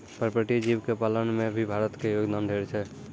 पर्पटीय जीव के पालन में भी भारत के योगदान ढेर छै